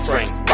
Frank